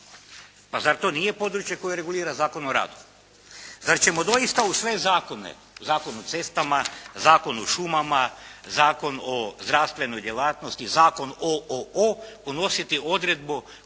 Pa zar to nije područje koje regulira Zakon o radu? Zar ćemo doista u sve zakone, Zakon o cestama, Zakon o šumama, Zakon o zdravstvenoj djelatnosti, Zakon o, o, o, unositi odredbu koja